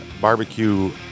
Barbecue